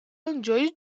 enjoys